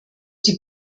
die